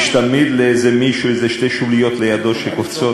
יש תמיד לאיזה מישהו איזה שתי שוליות לידו שקופצות,